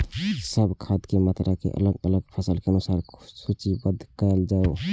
सब खाद के मात्रा के अलग अलग फसल के अनुसार सूचीबद्ध कायल जाओ?